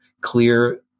clear